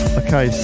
okay